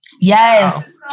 yes